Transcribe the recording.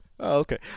Okay